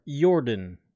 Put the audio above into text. Jordan